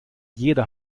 jeder